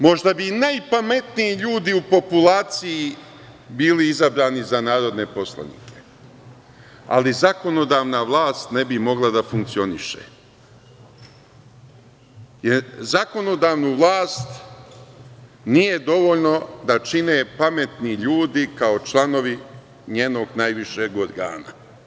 Možda bi najpametniji ljudi u populaciji bili izabrani za narodne poslanike, ali zakonodavna vlast ne bi mogla da funkcioniše, jer zakonodavnu vlast nije dovoljno da čine pametni ljudi kao članovi njenog najvišeg organa.